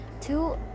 two